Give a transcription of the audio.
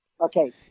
Okay